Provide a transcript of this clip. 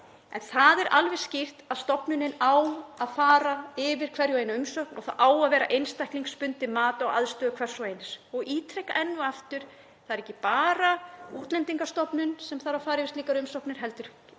En það er alveg skýrt að stofnunin á að fara yfir hverja og eina umsókn og leggja einstaklingsbundið mat á aðstæður hvers og eins. Ég ítreka enn og aftur: Það er ekki bara Útlendingastofnun sem þarf að fara yfir slíkar umsóknir heldur nýtir